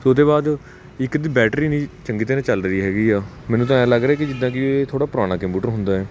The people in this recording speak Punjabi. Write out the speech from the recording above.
ਅਤੇ ਉਹਦੇ ਬਾਅਦ ਇੱਕ ਇਹਦੀ ਬੈਟਰੀ ਨਹੀਂ ਚੰਗੀ ਤਰ੍ਹਾਂ ਚੱਲ ਰਹੀ ਹੈਗੀ ਆ ਮੈਨੂੰ ਤਾਂ ਐਂ ਲੱਗ ਰਿਹਾ ਕਿ ਜਿੱਦਾਂ ਕਿ ਇਹ ਥੋੜ੍ਹੇ ਪੁਰਾਣਾ ਕੰਪਿਊਟਰ ਹੁੰਦਾ ਹੈ